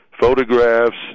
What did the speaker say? photographs